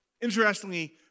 Interestingly